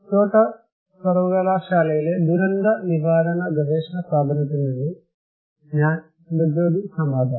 Kyoto സർവകലാശാലയിലെ ദുരന്ത നിവാരണ ഗവേഷണ സ്ഥാപനത്തിൽ നിന്നും ഡിപിആർഐ ഞാൻ സുഭജ്യോതി സമാദാർ